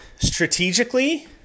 strategically